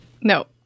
No